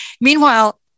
Meanwhile